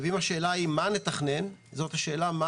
אם השאלה מה נתכנן -- לא,